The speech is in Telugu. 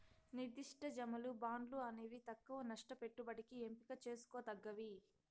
నిర్దిష్ట జమలు, బాండ్లు అనేవి తక్కవ నష్ట పెట్టుబడికి ఎంపిక చేసుకోదగ్గవి